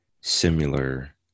similar